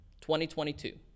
2022